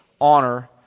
Honor